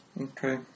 Okay